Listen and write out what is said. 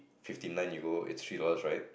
fifty nine you know it's three dollars right